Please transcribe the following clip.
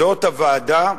זאת הוועדה,